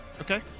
Okay